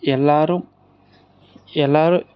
எல்லாரும் எல்லாரும்